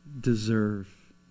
deserve